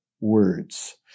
words